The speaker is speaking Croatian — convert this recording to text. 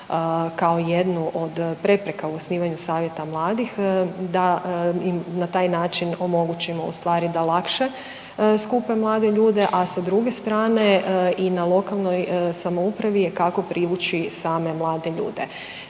kao jednu od prepreka u osnivanju savjeta mladih, da im na taj način omogućimo, ustvari da lakše skupe mlade ljude, a sa druge strane i na lokalnoj samoupravi je kako privući same mlade ljude